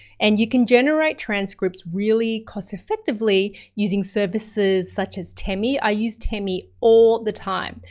and you can generate transcripts, really cost effectively using services such as temi. i use temi all the time.